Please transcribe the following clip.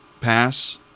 pass